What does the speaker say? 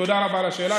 תודה רבה על השאלה.